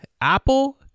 Apple